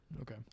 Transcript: Okay